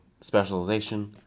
specialization